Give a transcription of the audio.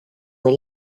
are